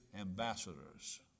ambassadors